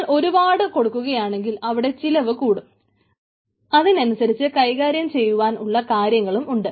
നമ്മൾ ഒരുപാട് കൊടുക്കുകയാണെങ്കിൽ അവിടെ ചിലവ് കൂടും അതിനനുസരിച്ച് കൈകാര്യം ചെയ്യുവാൻ ഉള്ള കാര്യങ്ങളും ഉണ്ട്